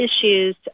issues